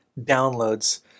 downloads